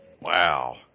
Wow